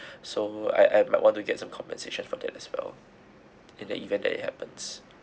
so I I might want to get some compensation for that as well in the event that it happens